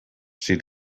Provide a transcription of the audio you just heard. she